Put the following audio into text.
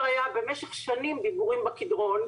במשך שנים בסופו של דבר היה דיבורים בקדרון,